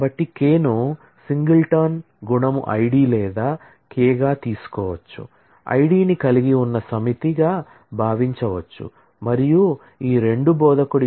కాబట్టి K ను singleton లు